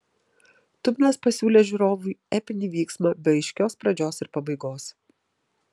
tuminas pasiūlė žiūrovui epinį vyksmą be aiškios pradžios ir pabaigos